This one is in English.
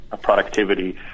productivity